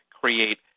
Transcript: create